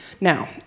Now